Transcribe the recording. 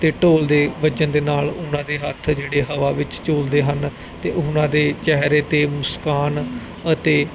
ਅਤੇ ਢੋਲ ਦੇ ਵੱਜਣ ਦੇ ਨਾਲ ਉਹਨਾਂ ਦੇ ਹੱਥ ਜਿਹੜੇ ਹਵਾ ਵਿੱਚ ਝੂਲਦੇ ਹਨ ਅਤੇ ਉਹਨਾਂ ਦੇ ਚਿਹਰੇ 'ਤੇ ਮੁਸਕਾਨ ਅਤੇ